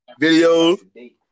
Videos